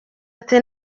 ati